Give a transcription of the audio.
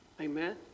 Amen